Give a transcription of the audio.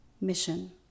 mission